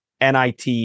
NIT